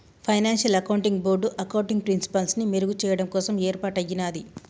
financial accounting board accounting ప్రిన్సిపల్స్ని మెరుగుచెయ్యడం కోసం యేర్పాటయ్యినాది